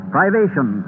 Privation